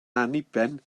anniben